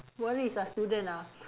worries ah student ah